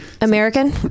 American